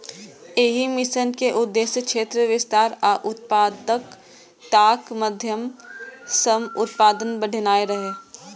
एहि मिशन के उद्देश्य क्षेत्र विस्तार आ उत्पादकताक माध्यम सं उत्पादन बढ़ेनाय रहै